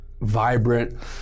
vibrant